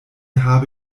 habe